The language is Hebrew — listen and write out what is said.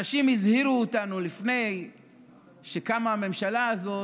אנשים הזהירו אותנו לפני שקמה הממשלה הזאת,